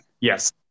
Yes